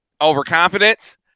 overconfidence